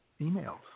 emails